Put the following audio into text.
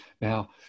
Now